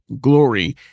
glory